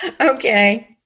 Okay